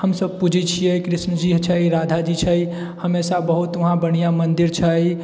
हमसब पूजै छिऐ कृष्णजी छै राधाजी छै हम हमेशा उहा बहुत बढ़िआँ मन्दिर छै